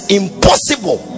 impossible